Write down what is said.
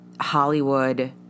Hollywood